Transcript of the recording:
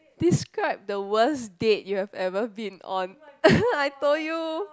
describe the worst date you have ever been on I told you